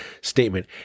statement